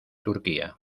turquía